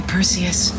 Perseus